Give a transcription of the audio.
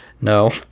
no